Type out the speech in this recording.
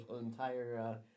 entire